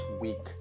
week